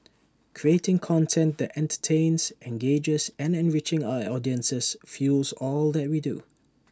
creating content that entertains engages and enriching our audiences fuels all that we do